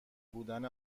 بودن